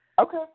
Okay